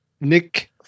Nick